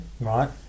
Right